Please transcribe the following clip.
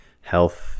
health